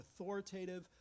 authoritative